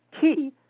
key